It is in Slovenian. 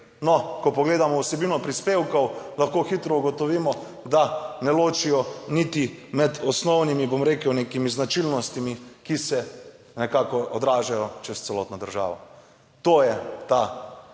No, ko pogledamo vsebino prispevkov, lahko hitro ugotovimo, da ne ločijo niti med osnovnimi, bom rekel, nekimi značilnostmi, ki se nekako odražajo čez celotno državo. To je ta